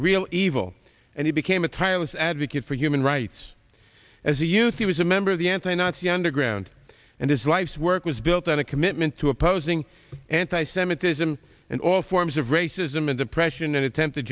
real evil and he became a tireless advocate for human rights as a youth he was a member of the anti nazi underground and his life's work was built on a commitment to opposing anti semitism and all forms of racism and oppression and attempted